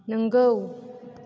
नंगौ